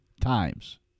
times